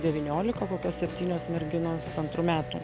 devyniolika kokios septynios merginos antrų metų